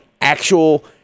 actual